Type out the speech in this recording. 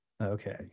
Okay